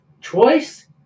choice